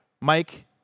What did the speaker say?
Mike